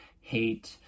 hate